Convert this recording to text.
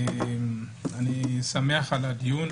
אני שמח על הדיון.